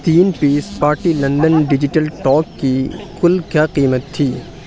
تین piece party London digital talk کی کل کیا قیمت تھی